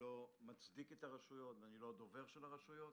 לא מצדיק את הרשויות ואני לא דובר של הרשויות